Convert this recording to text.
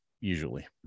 usually